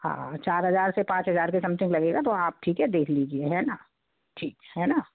हाँ चार हज़ार से पाँच हज़ार के समथिंग लगेगा तो आप ठीक है देख लीजिए है ना ठीक है ना